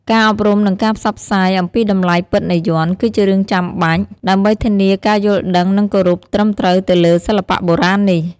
ការអប់រំ និងការផ្សព្វផ្សាយអំពីតម្លៃពិតនៃយ័ន្ត គឺជារឿងចាំបាច់ ដើម្បីធានាការយល់ដឹងនិងគោរពត្រឹមត្រូវទៅលើសិល្បៈបុរាណនេះ។